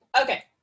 okay